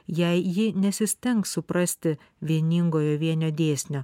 jei ji nesistengs suprasti vieningojo vienio dėsnio